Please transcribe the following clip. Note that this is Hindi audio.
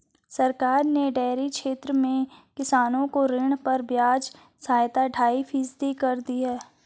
सरकार ने डेयरी क्षेत्र में किसानों को ऋणों पर ब्याज सहायता ढाई फीसदी कर दी है